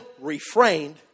Refrained